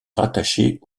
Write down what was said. rattachées